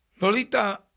Lolita